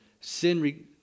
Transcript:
Sin